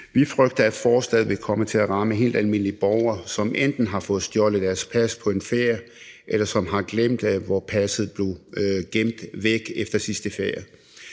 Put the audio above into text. Vi frygter, at forslaget vil komme til at ramme helt almindelige borgere, som enten har fået stjålet deres pas på en ferie, eller som har glemt, hvor passet blev gemt væk efter sidste ferie.